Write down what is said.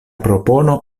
propono